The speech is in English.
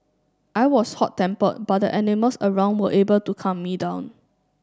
I was hot tempered but the animals around were able to calm me down